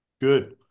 Good